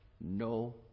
no